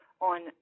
on